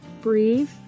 Breathe